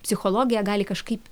psichologija gali kažkaip